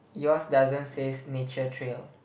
yours doesn't says nature trail